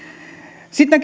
sitten